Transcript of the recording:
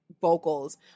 vocals